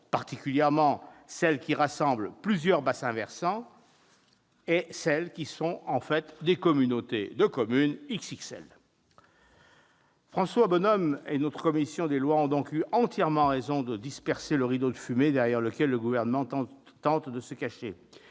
particulièrement celles qui rassemblent plusieurs bassins versants et celles qui sont en fait des communautés de communes de taille XXL. François Bonhomme et la commission des lois ont donc eu entièrement raison de disperser le rideau de fumée derrière lequel le Gouvernement tente de se cacher.